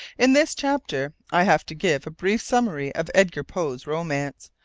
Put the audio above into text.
in this chapter i have to give a brief summary of edgar poe's romance,